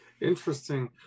Interesting